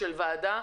ועדה.